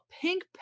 pink